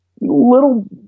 Little